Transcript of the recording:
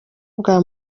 bwa